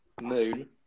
Moon